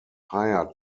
hire